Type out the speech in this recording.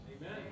Amen